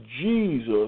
Jesus